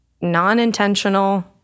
non-intentional